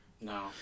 no